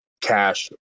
cash